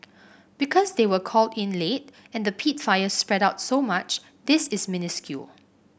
because they were called in late and the peat fire spread out so much this is minuscule